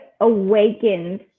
awakens